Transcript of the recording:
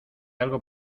algo